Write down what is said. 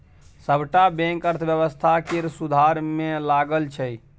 सबटा बैंक अर्थव्यवस्था केर सुधार मे लगल छै